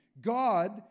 God